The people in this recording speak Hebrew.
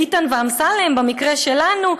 ביטן ואמסלם במקרה שלנו,